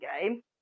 game